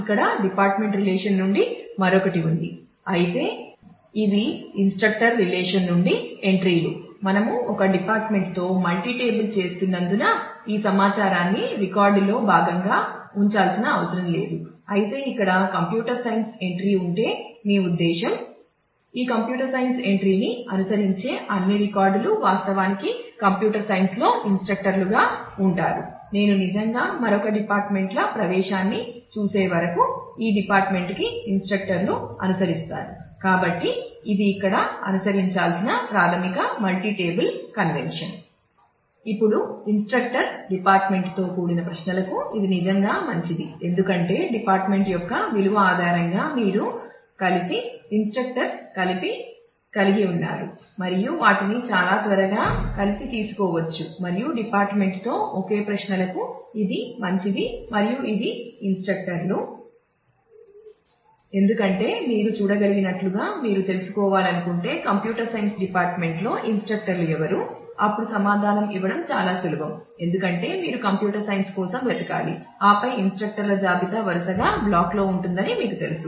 ఇప్పుడు instructor department తో కూడిన ప్రశ్నలకు ఇది నిజంగా మంచిది ఎందుకంటే డిపార్ట్మెంట్ యొక్క విలువ ఆధారంగా మీరు కలిసి ఇన్స్ట్రక్టర్ కలిపి కలిగి ఉన్నారు మరియు వాటిని చాలా త్వరగా కలిసి తీసుకోవచ్చు మరియు డిపార్ట్మెంట్ తో ఒకే ప్రశ్నలకు ఇది మంచిది మరియు ఇది ఇన్స్ట్రక్టర్ లు ఎందుకంటే మీరు చూడగలిగినట్లుగా మీరు తెలుసుకోవాలనుకుంటే కంప్యూటర్ సైన్స్ డిపార్ట్మెంట్ లో ఇన్స్ట్రక్టర్ లు ఎవరు అప్పుడు సమాధానం ఇవ్వడం చాలా సులభం ఎందుకంటే మీరు కంప్యూటర్ సైన్స్ కోసం వెతకాలి ఆపై ఇన్స్ట్రక్టర్ ల జాబితా వరుసగా బ్లాక్లో ఉంటుందని మీకు తెలుసు